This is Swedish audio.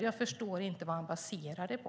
Jag förstår inte vad han baserar det på.